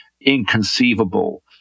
inconceivable